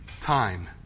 time